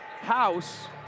House